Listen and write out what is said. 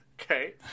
Okay